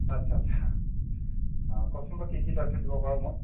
আত্ছা আত্ছা আঁ কওকচোন বাৰু কি কি তথ্য দিব পাৰোঁ মই অঁ অঁ